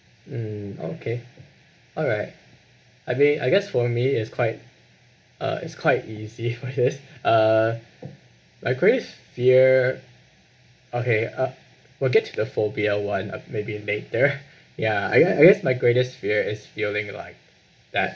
mm okay alright I mean I guess for me it's quite uh it's quite easy for this uh my greatest fear okay uh we'll get to the phobia one uh maybe in later ya I gue~ I guess my greatest fear is feeling like that